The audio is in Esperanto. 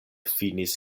finis